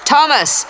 Thomas